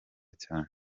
cyane